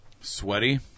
Sweaty